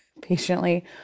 patiently